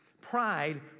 Pride